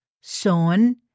son